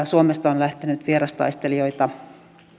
suomesta on lähtenyt vierastaistelijoita